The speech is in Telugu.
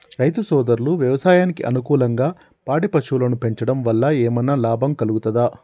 రైతు సోదరులు వ్యవసాయానికి అనుకూలంగా పాడి పశువులను పెంచడం వల్ల ఏమన్నా లాభం కలుగుతదా?